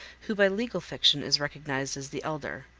who by legal fiction is recognized as the elder.